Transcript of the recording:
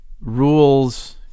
rules